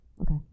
okay